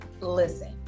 Listen